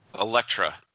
Electra